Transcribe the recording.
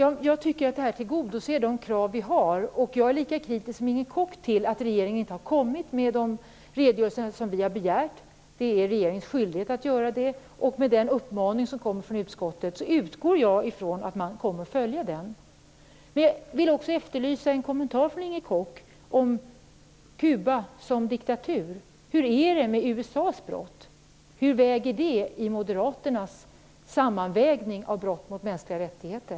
Jag tycker att detta tillgodoser de krav som vi har. Jag är lika kritisk som Inger Koch till att regeringen inte har kommit med de redogörelser som vi har begärt. Det är regeringens skyldighet att göra det. Jag utgår från att man kommer att följa den uppmaning som kommer från utskottet. Jag vill också efterlysa en kommentar från Inger Koch om Kuba som diktatur. Hur väger USA:s brott i Moderaternas sammanställning av brott mot mänskliga rättigheter?